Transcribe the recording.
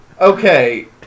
Okay